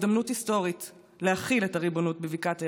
הזדמנות היסטורית להחיל את הריבונות בבקעת הירדן,